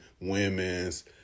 women's